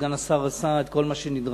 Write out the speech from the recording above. וסגן השר עשה את כל מה שנדרש,